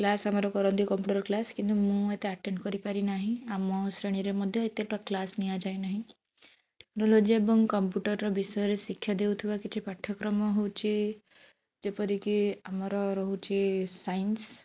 class ଆମର କରନ୍ତି computer class କିନ୍ତୁ ମୁଁ ଏତେ ଆଟେଣ୍ଡ କରିପାରି ନାହିଁ ଆମ ଶ୍ରେଣୀରେ ମଧ୍ୟ ଏତେଟା କ୍ଲାସ ନିଆଯାଏ ନାହିଁ ଟେକ୍ନୋଲୋଜି ଏବଂ କମ୍ପ୍ୟୁଟରର ବିଷୟରେ ଶିକ୍ଷା ଦେଉଥିବା କିଛି ପାଠ୍ୟକ୍ରମ ହେଉଛି ଯେପରିକି ଆମର ରହୁଛି ସାଇନ୍ସ